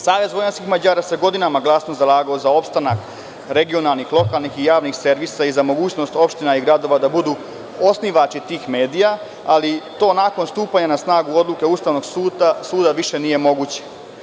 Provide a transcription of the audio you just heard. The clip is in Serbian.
Savez vojvođanskih Mađara se godinama glasno zalagao za opstanak regionalnih, lokalnih i javnih servisa i za mogućnost opština i gradova da budu osnivači tih medija, ali to nakon stupanja na snagu odluke Ustavnog suda više nije moguće.